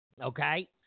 okay